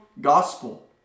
gospel